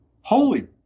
Holy